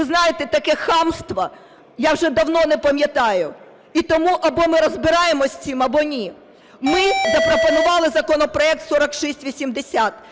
Ви знаєте, таке хамство я вже давно не пам'ятаю. І тому або ми розбираємось з цим, або ні. Ми запропонували законопроект 4680,